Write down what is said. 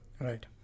right